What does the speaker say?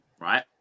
right